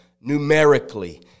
numerically